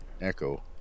echo